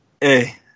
Hey